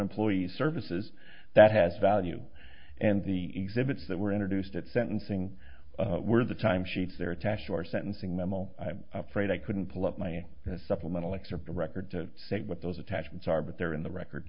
employee services that has value and the exhibits that were introduced at sentencing were the time sheets they're attached to are sentencing memo i'm afraid i couldn't pull up my supplemental excerpt the record to say what those attachments are but they're in the record